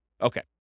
Okay